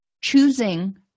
choosing